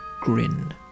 grin